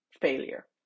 failure